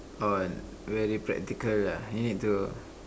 orh very practical ah you need to